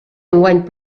enguany